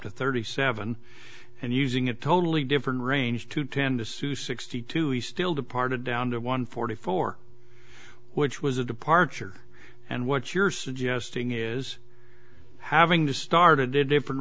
to thirty seven and using a totally different range to tend to sue sixty two he still departed down to one forty four which was a departure and what you're suggesting is having just started a different